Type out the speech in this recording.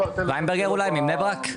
אולי בבני ברק?